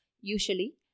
Usually